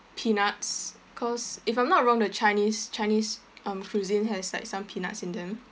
peanuts cause if I'm not wrong the chinese chinese um cuisine has like some peanuts in them